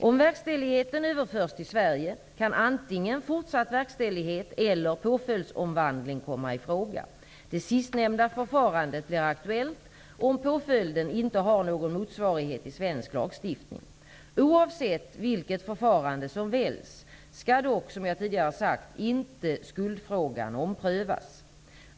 Om verkställigheten överförs till Sverige kan antingen fortsatt verkställighet eller påföljdsomvandling komma i fråga. Det sistnämnda förfarandet blir aktuellt om påföljden inte har någon motsvarighet i svensk lagstiftning. Oavsett vilket förfarande som väljs skall dock skuldfrågan, som jag tidigare sagt, inte omprövas.